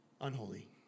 unholy